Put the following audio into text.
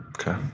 Okay